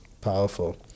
Powerful